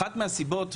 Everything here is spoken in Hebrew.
אחת מהסיבות,